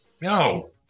No